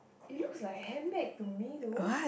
it looks like a handbag to me though